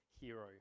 hero